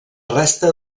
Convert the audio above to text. resta